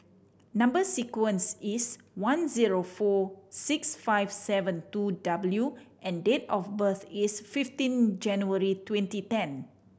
number sequence is one zero four six five seven two W and date of birth is fifteen January twenty ten